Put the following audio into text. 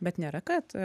bet nėra kad